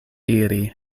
iri